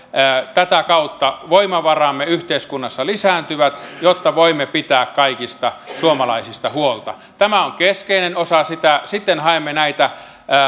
tätä kautta voimavaramme yhteiskunnassa lisääntyvät jotta voimme pitää kaikista suomalaisista huolta tämä on keskeinen osa sitä sitten haemme näitä